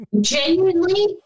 Genuinely